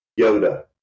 Yoda